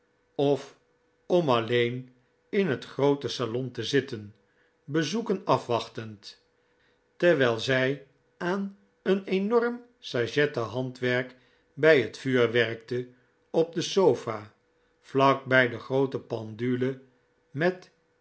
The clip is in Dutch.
of om alleen in het groote salon te zitten bezoeken afwachtend terwijl zij aan een enorm sajetten handwerk bij het vuur werkte op de sofa vlak bij de groote pendule met